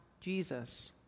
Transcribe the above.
Jesus